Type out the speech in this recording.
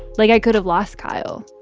like, i could have lost kyle